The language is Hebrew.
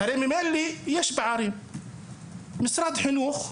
משרד החינוך,